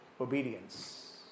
obedience